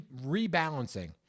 rebalancing